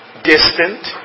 Distant